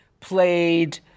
played